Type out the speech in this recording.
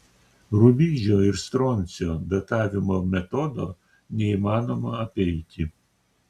rubidžio ir stroncio datavimo metodo neįmanoma apeiti